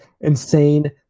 insane